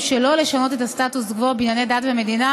שלא לשנות את הסטטוס קוו בענייני דת ומדינה